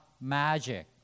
magic